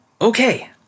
okay